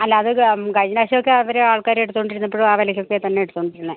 അല്ല അത് കഴിഞ്ഞ പ്രാവശ്യമൊക്കെ അവർ ആൾക്കാരെ എടുത്തുകൊണ്ടിരിന്നപ്പോഴും ആ വിലക്കൊക്കെ തന്നെ എടുത്തു കൊണ്ടിരുന്നത്